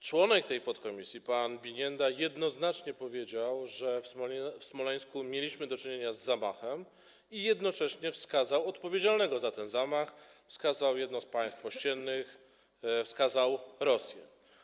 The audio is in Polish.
Członek tej podkomisji pan Binienda jednoznacznie powiedział, że w Smoleńsku mieliśmy do czynienia z zamachem, i jednocześnie wskazał odpowiedzialnego za ten zamach, wskazał jedno z państw ościennych, wskazał Rosję.